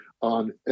on